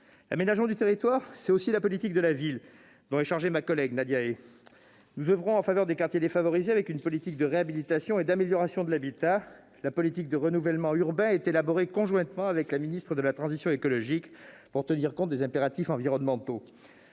L'aménagement du territoire, c'est aussi la politique de la ville, dont est chargée ma collègue Nadia Hai. Nous oeuvrons en faveur des quartiers défavorisés une politique de réhabilitation et d'amélioration de l'habitat. La politique de renouvellement urbain, quant à elle, est élaborée conjointement avec la ministre de la transition écologique, pour tenir compte des impératifs environnementaux.